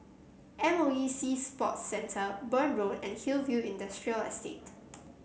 M O E Sea Sports Centre Burn Road and Hillview Industrial Estate